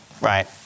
right